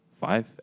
Five